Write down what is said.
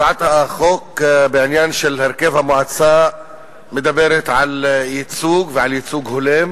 הצעת החוק בעניין של הרכב המועצה מדברת על ייצוג ועל ייצוג הולם,